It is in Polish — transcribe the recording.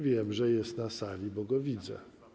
Wiem, że jest na sali, bo go widzę.